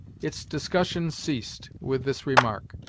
it's discussion ceased with this remark.